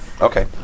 Okay